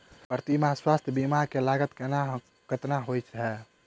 प्रति माह स्वास्थ्य बीमा केँ लागत केतना होइ है?